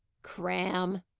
cram!